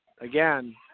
again